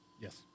Yes